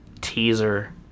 teaser